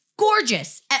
Gorgeous